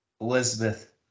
Elizabeth